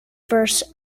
verse